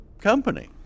company